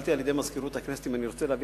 כשנשאלתי על-ידי מזכירות הכנסת אם אני רוצה להביא